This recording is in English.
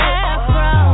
afro